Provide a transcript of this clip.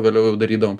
vėliau darydavom